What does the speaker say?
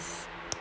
yes